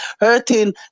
hurting